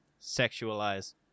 sexualize